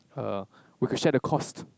err we can share the cost